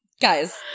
Guys